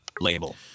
Label